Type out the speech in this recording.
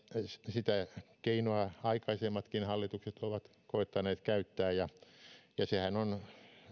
sitä keinoa aikaisemmatkin hallitukset ovat koettaneet käyttää ja sehän on